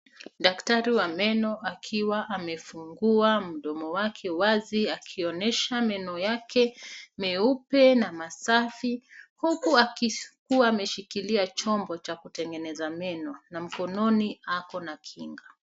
Daktari wa meno akiwa amefungua mdomo wake wazi akionyesha meno yake meupe na masafi, huku akikuwa ameshikilia chombo cha kutengeneza meno na mkononi ako na kinga.